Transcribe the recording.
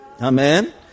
Amen